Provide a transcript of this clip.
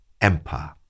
empire